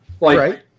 right